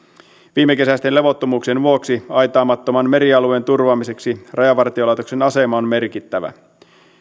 viimekesäisten levottomuuksien vuoksi aitaamattoman merialueen turvaamiseksi rajavartiolaitoksen asema on merkittävä